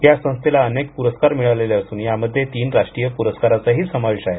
या संस्थेला अनेक प्रस्कार मिळालेले असून यामध्ये तीन राष्ट्रिय प्रस्काराचाही समावेश आहेत